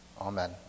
Amen